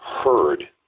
heard